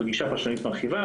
זאת גישה פרשנית מרחיבה,